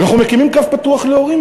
אנחנו מקימים קו פתוח להורים,